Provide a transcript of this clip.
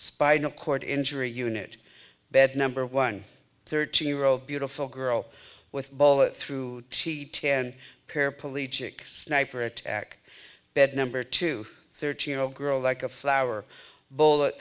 spinal cord injury unit bed number one thirteen year old beautiful girl with bullet through cheek ten pair police sniper attack bed number two thirteen year old girl like a flower bullet